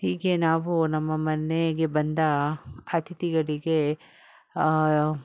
ಹೀಗೆ ನಾವು ನಮ್ಮ ಮನೆಗೆ ಬಂದ ಅತಿಥಿಗಳಿಗೆ